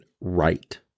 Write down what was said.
right